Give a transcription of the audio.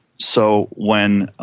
so when